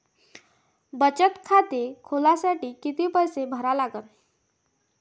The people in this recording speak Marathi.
बचत खाते खोलासाठी किती पैसे भरा लागन?